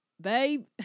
Babe